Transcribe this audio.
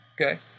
Okay